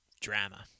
drama